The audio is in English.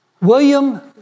William